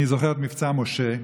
אני זוכר את מבצע משה.